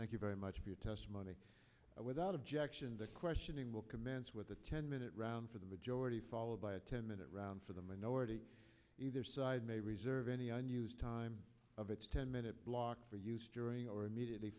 thank you very much for your testimony without objection the questioning will commence with a ten minute round for the majority followed by a ten minute round for the minority either side may reserve any news time of its ten minute block for use during or immediately